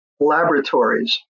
laboratories